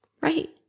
Right